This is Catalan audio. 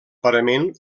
parament